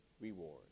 reward